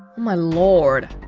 my lord